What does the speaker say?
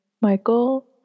Michael